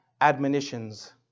admonitions